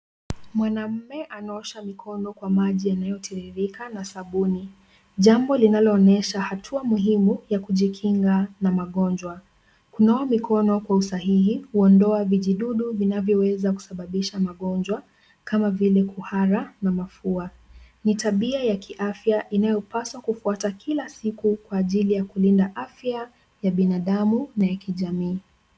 Mwanaume anaosha mikono kwa maji yanayotiririka na sabuni. Jambo linaloonyesha hatua muhimu ya kujikinga na magonjwa. Kunawa mikono kwa usahihi, huondoa vijidudu vinavyoweza kusababisha magonjwa kama vile kuhara na mafua. Ni tabia ya kiafya inayopaswa kufuatwa kila siku kwa ajili ya kulinda afya ya binadamu na ya kijamii.